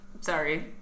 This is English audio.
Sorry